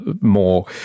more